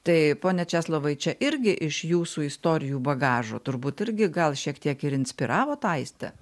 tai pone česlovai čia irgi iš jūsų istorijų bagažo turbūt irgi gal šiek tiek ir inspiravot aistę